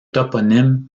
toponyme